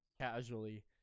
casually